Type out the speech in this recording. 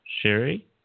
Sherry